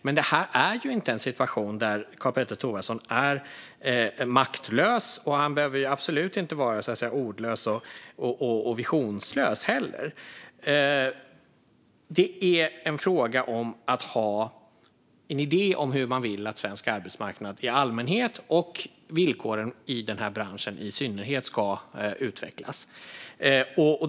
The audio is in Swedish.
Men det här är inte en situation där Karl-Petter Thorwaldsson är maktlös, och han behöver absolut inte heller vara ordlös och visionslös. Det är fråga om att ha en idé om hur man vill att svensk arbetsmarknad i allmänhet och villkoren i branschen i synnerhet ska utvecklas.